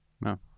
No